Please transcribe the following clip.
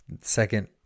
Second